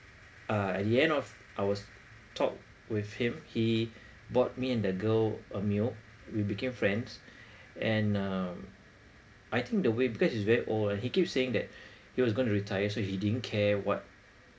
uh at the end of our talk with him he bought me and the girl a meal we became friends and um I think the way because he's very old ah he keep saying that he was going to retire so he didn't care what